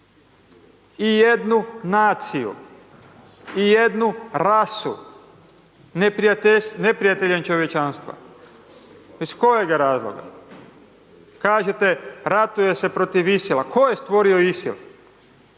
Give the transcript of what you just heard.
i jednu naciju i jednu rasu neprijateljem čovječanstva iz kojega razloga? Kažete ratuje se proti ISIL-a, tko je stvori ISIL,